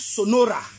Sonora